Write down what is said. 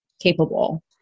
capable